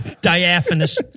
Diaphanous